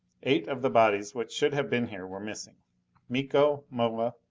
eight of the bodies which should have been here were missing miko, moa,